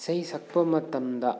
ꯏꯁꯩ ꯁꯛꯄ ꯃꯇꯝꯗ